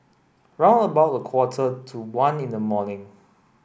round about a quarter to one in the morning